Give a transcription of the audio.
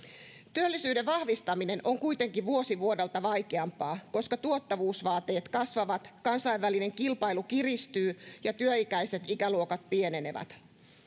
työllisyyden vahvistaminen on kuitenkin vuosi vuodelta vaikeampaa koska tuottavuusvaateet kasvavat kansainvälinen kilpailu kiristyy ja työikäiset ikäluokat pienenevät